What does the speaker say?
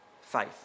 faith